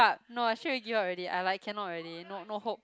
ya no I straightaway give up already I like cannot already no no hope